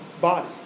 body